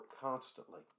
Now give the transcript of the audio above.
constantly